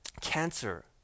Cancer